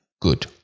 Good